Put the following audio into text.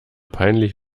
peinlich